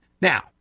Now